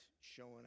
showing